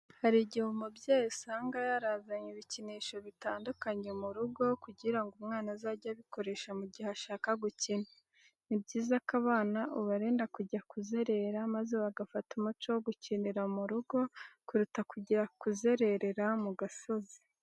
Hari igihe umubyeyi usanga yarazanye ibikinisho bitandukanye mu rugo kugira ngo umwana azajye abikoresha mu gihe ashaka gukina. Ni byiza ko abana ubarinda kujya kuzerera maze bagafata umuco wo gukinira mu rugo kuruta kujya kuzerera mu gasozi.